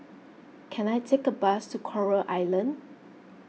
can I take a bus to Coral Island